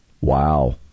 Wow